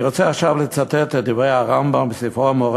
אני רוצה עכשיו לצטט את דברי הרמב"ם בספרו "מורה